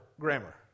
grammar